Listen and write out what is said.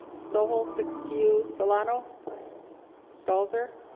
so holt's excuse solano stalls er